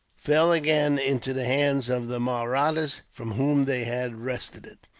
fell again into the hands of the mahrattas, from whom they had wrested it.